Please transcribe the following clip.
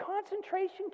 concentration